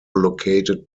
located